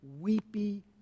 weepy